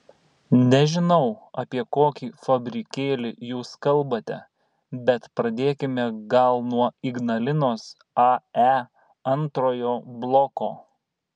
nežinau apie kokį fabrikėlį jūs kalbate bet pradėkime gal nuo ignalinos ae antrojo bloko